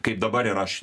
kaip dabar yra aš